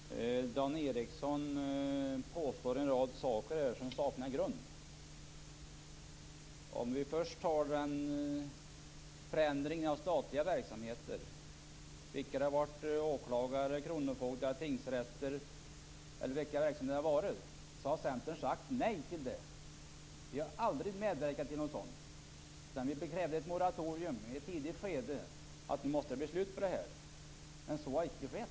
Herr talman! Dan Ericsson påstår en rad saker här som saknar grund. Om vi först tar förändringen av statliga verksamheter - åklagare, kronofogdar, tingsrätter - så har Centern, oavsett vilka verksamheter det har handlat om, sagt nej till dem. Vi har aldrig medverkat till något sådant. Vi krävde ett moratorium i ett tidigt skede och sade att det måste bli ett slut på detta. Men så har icke skett.